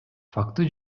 факты